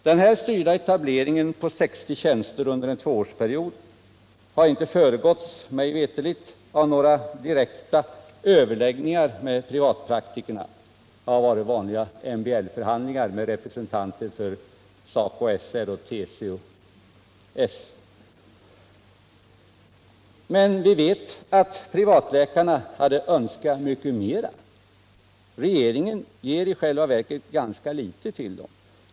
Den styrda etableringen på 60 tjänster under en tvåårsperiod har mig veterligt inte föregåtts av några direkta överläggningar med privatpraktikerna. Det har varit vanligast med MBL-förhandlingar med representanter för SACO/SR och TCO-S. Vi vet att privatläkarna önskat mycket mera. Men regeringen ger i själva verket ganska litet till dem.